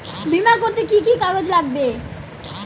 বিমা করতে কি কি কাগজ লাগবে?